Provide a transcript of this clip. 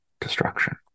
destruction